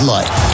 Light